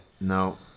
No